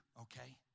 okay